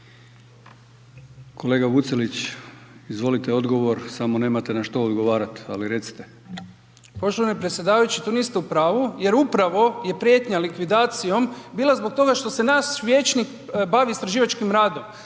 Kolega Vucelić, izvolite odgovor, samo nemate na što odgovarati ali recite. **Vucelić, Damjan (Živi zid)** Poštovani predsjedavajući vi niste u pravu jer upravo je prijetnja likvidacijom bila zbog toga što se naš vijećnik bavi istraživačkim radom.